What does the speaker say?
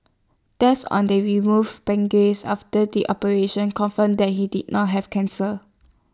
tests on the removed pancreas after the operation confirmed that he did not have cancer